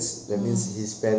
mm